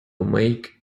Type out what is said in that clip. make